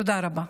תודה רבה.